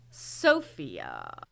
Sophia